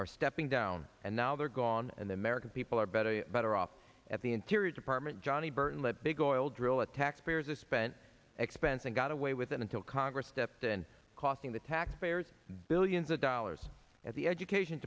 are stepping down and now they're gone and the american people are better and better off at the interior department johnny burton let big oil drill at taxpayers expense expense and got away with it until congress stepped in costing the taxpayers billions of dollars at the education